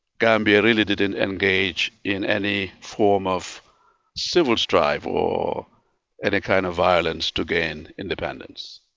gambia really didn't engage in any form of civil strife or any kind of violence to gain independence.